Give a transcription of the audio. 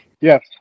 Yes